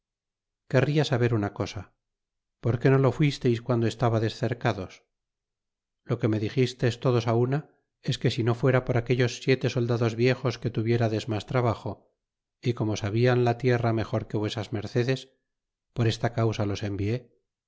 querría saber una cosa porque no lo fuisteis guando estabades cercados lo que me dixistes todos á una es que si no fuera por aquellos siete soldados viejas que tuvierades mas trabajo y como sabian la tierra mejor que vuesas mercedes por esta causa los envié